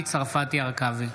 צרפתי הרכבי,